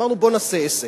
אמרנו: בואו ונעשה עסק,